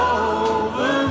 over